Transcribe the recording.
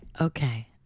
okay